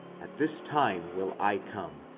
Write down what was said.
at this time will i come,